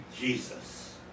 Jesus